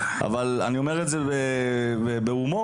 אז נכון שזה נאמר עכשיו בהומור,